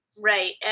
Right